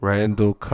Randall